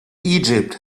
egypt